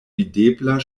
videbla